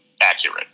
accurate